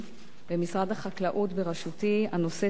במשרד החקלאות בראשותי הנושא תועדף